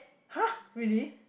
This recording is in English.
[huh] really